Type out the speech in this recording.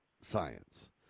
science